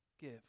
give